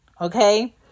okay